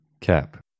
Cap